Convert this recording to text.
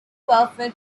welfare